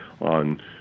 on